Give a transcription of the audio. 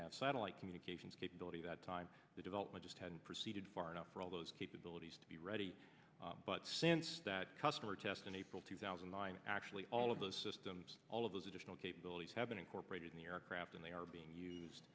have satellite communications capability that time the development just hadn't proceeded far enough for all those capabilities to be ready but since that customer test in april two thousand and nine actually all of those systems all of those additional capabilities have been incorporated in the aircraft and they are being used